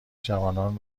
جوانان